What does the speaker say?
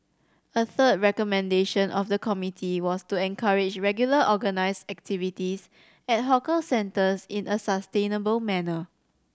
a third recommendation of the committee was to encourage regular organised activities at hawker centres in a sustainable manner